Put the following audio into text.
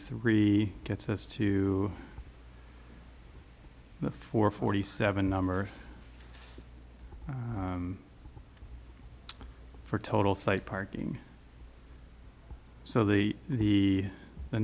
three gets us to the four forty seven number for total site parking so the the the